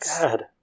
God